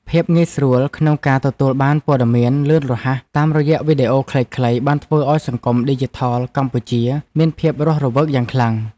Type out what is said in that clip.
ភាពងាយស្រួលក្នុងការទទួលបានព័ត៌មានលឿនរហ័សតាមរយៈវីដេអូខ្លីៗបានធ្វើឱ្យសង្គមឌីជីថលកម្ពុជាមានភាពរស់រវើកយ៉ាងខ្លាំង។